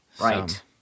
Right